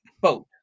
boat